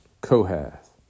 Kohath